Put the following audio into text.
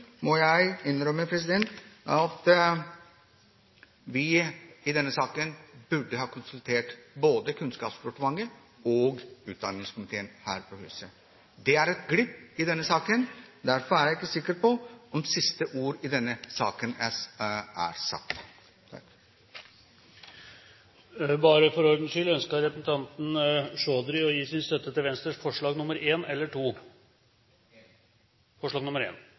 må jeg innrømme at vi i denne saken burde ha konsultert både Kunnskapsdepartementet og utdanningskomiteen her på huset. Det er en glipp i denne saken. Derfor er jeg ikke sikker på om siste ord i denne saken er sagt. Bare for ordens skyld: Ønsker representanten Akhtar Chaudhry å gi sin støtte til Venstres forslag nr. 1 eller 2? Forslag